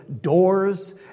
doors